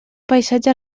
paisatge